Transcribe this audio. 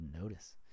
notice